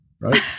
Right